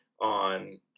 on